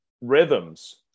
rhythms